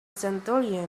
centurion